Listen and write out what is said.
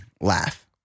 laugh